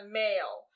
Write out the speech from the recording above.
male